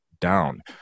down